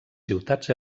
ciutats